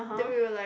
then we were like